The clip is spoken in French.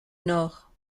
nord